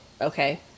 okay